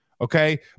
okay